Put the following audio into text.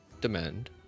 demand